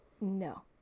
No